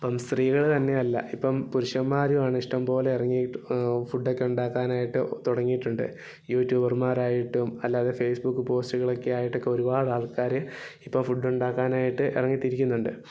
ഇപ്പം സ്ത്രീകൾ തന്നെയല്ല ഇപ്പം പുരുഷന്മാരുമാണ് ഇഷ്ട്ടം പോലെ ഇറങ്ങിയിട്ട് ഫുഡൊക്കെ ഉണ്ടാക്കാനായിട്ട് തുടങ്ങിയിട്ടുണ്ട് യൂട്യൂബർമാരായിട്ടും അല്ലാതെ ഫേസ്ബുക് പോസ്റ്റുകളൊക്കെ ആയിട്ടൊക്കെ ഒരുപാട് ആൾക്കാർ ഇപ്പോൾ ഫുഡ് ഉണ്ടാക്കാനായിട്ട് ഇറങ്ങിത്തിരിക്കുന്നുണ്ട്